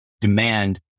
demand